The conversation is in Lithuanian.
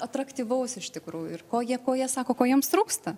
atraktyvaus iš tikrųjų ir ko jie ko jie sako ko jiems trūksta